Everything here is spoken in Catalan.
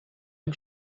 amb